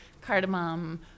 cardamom